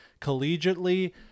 collegiately